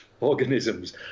organisms